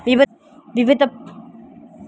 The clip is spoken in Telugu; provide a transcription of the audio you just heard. వివిధ ప్రభుత్వా పథకాల ఆవశ్యకత ఏమిటి?